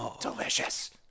Delicious